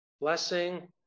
blessing